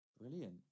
brilliant